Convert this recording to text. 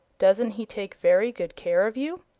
doesn't he take very good care of you?